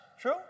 True